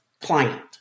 client